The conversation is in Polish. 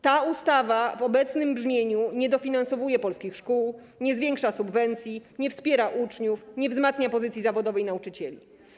Ta ustawa w obecnym brzmieniu nie dofinansowuje polskich szkół, nie zwiększa subwencji, nie wspiera uczniów, nie wzmacnia pozycji zawodowej nauczycieli.